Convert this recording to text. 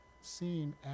seen